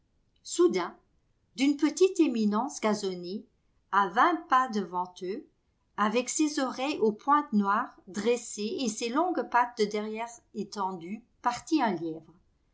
soudain d'une petite éminence gazonnée à vingt pas devant eux avec ses oreilles aux pointes noires dressées et ses longues pattes de derrière étendues partit un lièvre